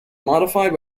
modified